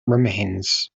remains